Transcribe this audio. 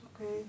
okay